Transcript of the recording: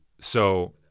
so-